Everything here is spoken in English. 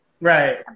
right